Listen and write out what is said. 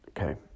Okay